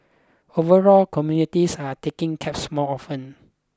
overall communities are taking cabs more often